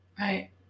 Right